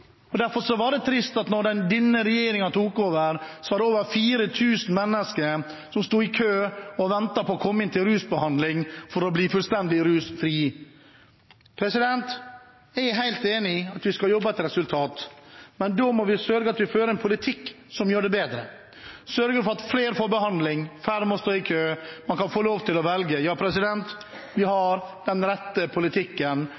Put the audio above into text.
viktig. Derfor var det trist at det da denne regjeringen tok over, var over 4 000 mennesker som sto i kø og ventet på å komme inn til rusbehandling for å bli fullstendig rusfrie. Jeg er helt enig i at vi skal jobbe etter resultat. Men da må vi sørge for at vi fører en politikk som gjør det bedre, som sørger for at flere får behandling, at færre må stå i kø, at man kan få lov til å velge. Vi